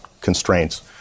constraints